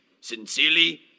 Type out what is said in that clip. Sincerely